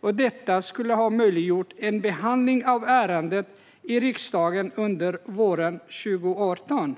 Detta hade möjliggjort en behandling av ärendet i riksdagen under våren 2018.